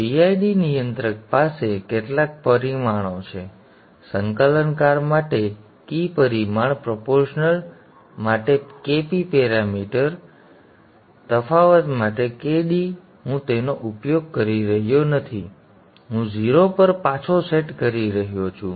અને PID નિયંત્રક પાસે કેટલાક પરિમાણો છે સંકલનકાર માટે કી પરિમાણ પ્રોપોર્શનલ માટે Kp પેરામીટર તફાવત માટે Kd હું તેનો ઉપયોગ કરી રહ્યો નથી હું 0 પર પાછો સેટ કરી રહ્યો છું